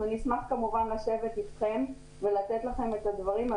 נשמח כמובן לשבת איתכם ולתת לכם את הדברים על